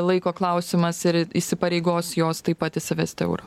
laiko klausimas ir įsipareigos jos taip pat įsivesti eurą